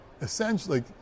essentially